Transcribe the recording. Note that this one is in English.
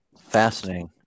Fascinating